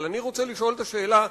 אבל אני רוצה לשאול את השאלה,